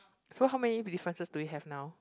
so how many differences do we have now